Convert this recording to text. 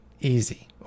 easy